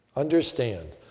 Understand